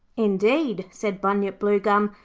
indeed, said bunyip bluegum,